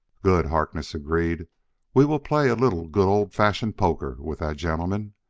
good, harkness agreed we will play a little good old-fashioned poker with the gentleman,